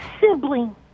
sibling